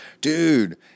Dude